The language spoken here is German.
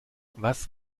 was